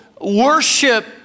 worship